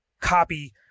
copy